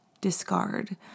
discard